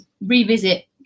revisit